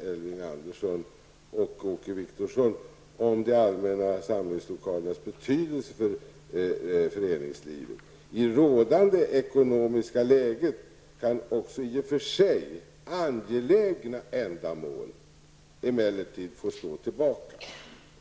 Elving Andersson och Åke Wictorsson -- ''om de allmänna samlingslokalernas betydelse för föreningslivet. I det rådande ekonomiska läget kan också i och för sig angelägna ändamål emellertid få stå tillbaka.''